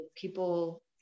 People